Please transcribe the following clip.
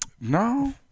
No